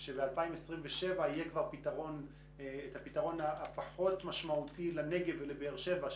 שב-2027 יהיה כבר את הפתרון הפחות משמעותי לנגב ובאר שבע,